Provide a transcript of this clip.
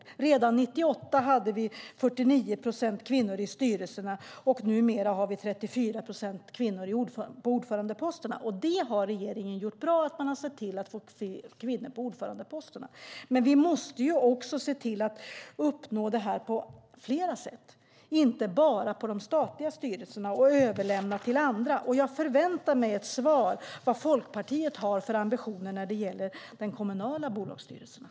Redan 1998 hade vi 49 procent kvinnor i styrelserna och numera har vi 34 procent kvinnor på ordförandeposterna. Det har regeringen gjort bra. Man har sett till att få fler kvinnor på ordförandeposterna. Men vi måste också se till att uppnå det här på flera håll, inte bara i de statliga styrelserna och överlämna resten till andra. Jag förväntar mig ett svar på frågan vad Folkpartiet har för ambitioner när det gäller de kommunala bolagsstyrelserna.